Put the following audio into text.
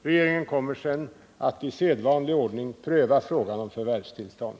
Regeringen kommer sedan att i sedvanlig ordning pröva frågan om förvärvstillstånd.